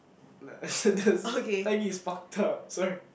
nah there's Peggy is fucked up sorry